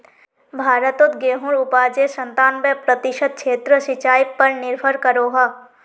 भारतोत गेहुंर उपाजेर संतानबे प्रतिशत क्षेत्र सिंचाई पर निर्भर करोह